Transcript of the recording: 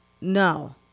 No